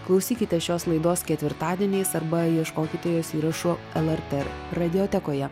klausykite šios laidos ketvirtadieniais arba ieškokite jos įrašų lrt radiotekoje